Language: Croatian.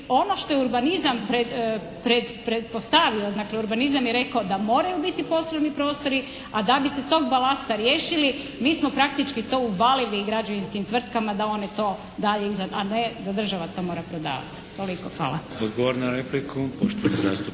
ono što je urbanizam pretpostavio, dakle urbanizam je rekao da moraju biti poslovni prostori, a da bi se tog balasta riješili mi smo praktički to uvalili građevinskim tvrtkama da one to dalje, a ne da država to mora prodavati. Toliko. Hvala.